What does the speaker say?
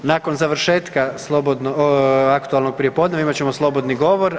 Nakon završetka aktualnog prijepodneva imat ćemo slobodni govor.